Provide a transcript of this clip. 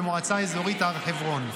במועצה אזורית הר חברון,